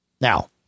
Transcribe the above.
Now